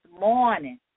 morning